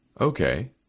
Okay